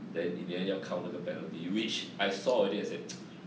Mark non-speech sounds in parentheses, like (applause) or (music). then in the end 要靠那个 penalty which I saw already I say (noise)